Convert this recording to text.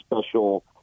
special